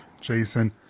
jason